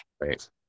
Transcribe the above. right